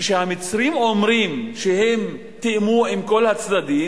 כשהמצרים אומרים שהם תיאמו עם כל הצדדים,